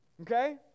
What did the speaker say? okay